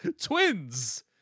twins